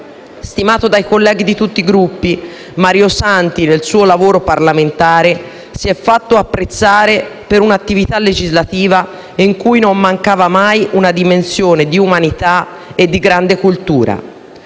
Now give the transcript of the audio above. Stimato dai colleghi di tutti i Gruppi, Mario Santi nel suo lavoro parlamentare si è fatto apprezzare per un'attività legislativa in cui non mancava mai una dimensione di umanità e di grande cultura.